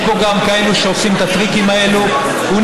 יש פה גם כאלה שעושים את הטריקים האלה.